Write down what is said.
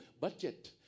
budget